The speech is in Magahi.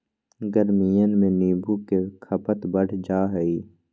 गर्मियन में नींबू के खपत बढ़ जाहई